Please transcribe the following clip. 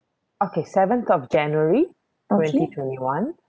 okay seventh of january twenty twenty one